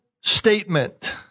statement